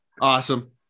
Awesome